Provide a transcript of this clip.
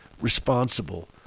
responsible